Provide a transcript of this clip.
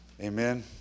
amen